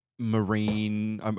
marine